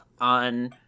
on